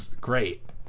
great